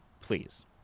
please